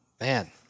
man